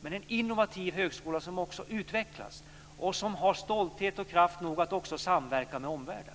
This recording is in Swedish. Men det ska vara en innovativ högskola som utvecklas och som har stolthet och kraft nog att också samverka med omvärlden.